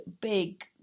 big